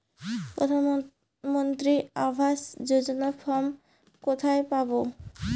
প্রধান মন্ত্রী আবাস যোজনার ফর্ম কোথায় পাব?